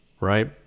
right